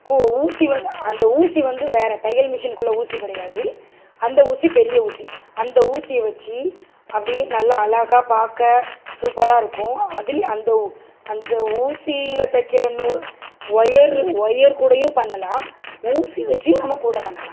கூ ஊசி வந் அந்த ஊசி வந்து வேறு தையல் மிஷினுக்குள்ளே ஊசி கிடையாது அந்த ஊசி பெரிய ஊசி அந்த ஊசியை வச்சி அப்படியே நல்லா அழகா பார்க்க சூப்பராக இருக்கும் அதுலையும் அந்த உ அந்த ஊசியில தைக்கிற நூல் ஒயரு ஒயர் கூடையும் பண்ணலாம் ஊசி வச்சியும் நம்ம கூடை பண்ணலாம்